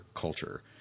culture